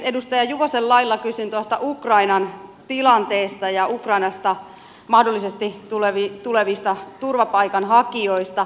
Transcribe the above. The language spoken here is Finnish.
edustaja juvosen lailla kysyn ukrainan tilanteesta ja ukrainasta mahdollisesti tulevista turvapaikanhakijoista